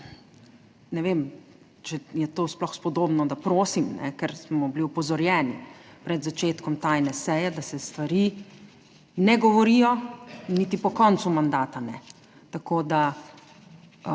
ne vem, če je to sploh spodobno, da prosim, ker smo bili opozorjeni pred začetkom tajne seje, da se stvari ne govorijo niti po koncu mandata ne. Če se